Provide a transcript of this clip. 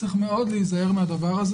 צריך מאוד להיזהר מזה.